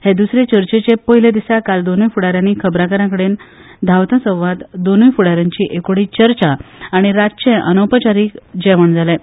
हे द्सरे चर्चेचे पयले दिसा काल दोनूय फुडा यांनी खबराकारां कडेन धांवतो संवाद दोनूय फुडाऱ्यांनी एकोडी चर्चा आनी रातचें अनौपचारीक जेवण जालें